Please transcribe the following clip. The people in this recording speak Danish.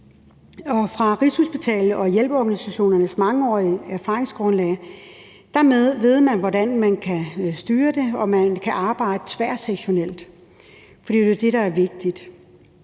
Fra Rigshospitalet og hjælpeorganisationernes mangeårige erfaringsgrundlag ved man, hvordan man kan styre det, og man kan arbejde tværsektorielt, for det er jo det, der er vigtigt.